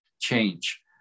change